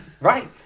Right